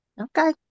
Okay